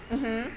mmhmm